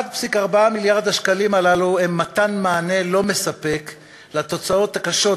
1.4 מיליארד השקלים הללו הם מענה לא מספק לתוצאות הקשות